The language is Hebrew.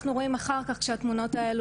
יש לנו פורנו נקמה,